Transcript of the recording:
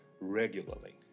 regularly